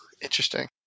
interesting